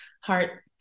heart